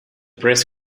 press